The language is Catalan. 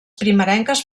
primerenques